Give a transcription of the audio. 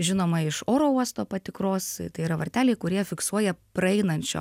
žinoma iš oro uosto patikros tai yra varteliai kurie fiksuoja praeinančio